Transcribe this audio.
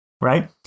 right